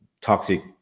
toxic